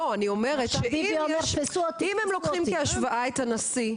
לא, אני אומרת שאם הם לוקחים כהשוואה את הנשיא.